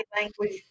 language